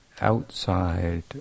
outside